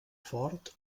fort